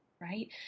right